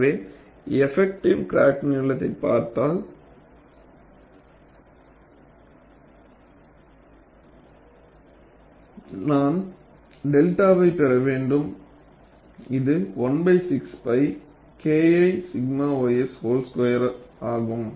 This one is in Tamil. எனவே எபக்ட்டிவ் கிராக்நீளத்தைப் பார்த்தால் நான் 𝚫வைப் பெற வேண்டும் இது 16 π Kl 𝛔 ys வோல் ஸ்குயர் ஆகும்